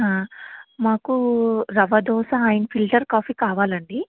మాకు rava dosa and filter coffee కావలండీ